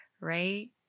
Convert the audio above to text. right